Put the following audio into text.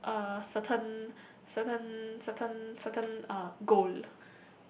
uh uh certain certain certain certain uh goal